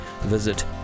visit